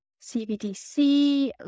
CBDC